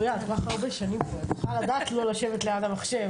אני מהלשכה המשפטית